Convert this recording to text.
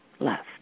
Left